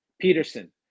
Peterson